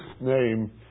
name